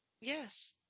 Yes